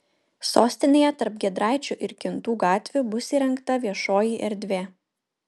sostinėje tarp giedraičių ir kintų gatvių bus įrengta viešoji erdvė